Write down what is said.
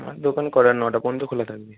আমার দোকান কটা নটা পর্যন্ত খোলা থাকবে